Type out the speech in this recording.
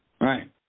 Right